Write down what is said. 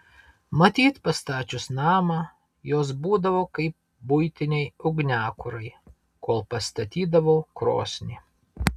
matyt pastačius namą jos būdavo kaip buitiniai ugniakurai kol pastatydavo krosnį